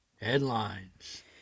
headlines